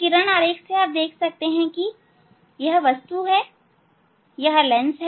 किरण आरेख से आप देख सकते हैं कि यह वस्तु है अब यह लेंस हैं